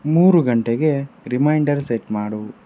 ಮೂರು ಗಂಟೆಗೆ reminder set ಮಾಡು